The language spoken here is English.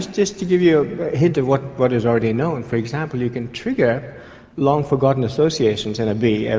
just to give you a hint of what what is already known, for example, you can trigger long-forgotten associations in a bee, and